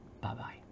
Bye-bye